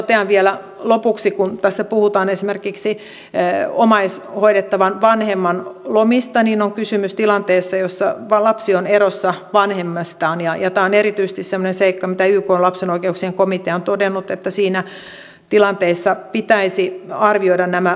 totean vielä lopuksi kun tässä puhutaan esimerkiksi omaishoidettavan vanhemman lomista että on kysymys tilanteesta jossa lapsi on erossa vanhemmastaan ja tämä on erityisesti semmoinen seikka mitä ykn lapsen oikeuksien komitea on todennut että siinä tilanteessa pitäisi arvioida nämä lapsivaikutukset